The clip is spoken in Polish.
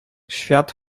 świat